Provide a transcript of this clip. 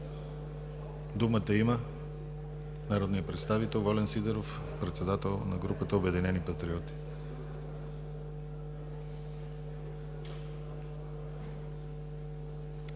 думата има народният представител Волен Сидеров, председател на групата „Обединени патриоти“.